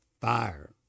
fire